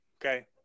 okay